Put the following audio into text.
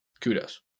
kudos